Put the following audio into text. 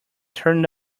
turned